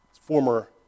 Former